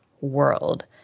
world